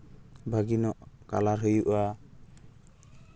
ᱵᱷᱟᱹᱜᱤ ᱧᱚᱜ ᱠᱟᱞᱟᱨ ᱦᱩᱭᱩᱜᱼᱟ